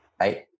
right